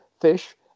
fish